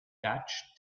dutch